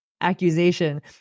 accusation